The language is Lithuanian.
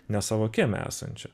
ne savo kieme esančią